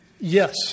Yes